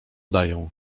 daję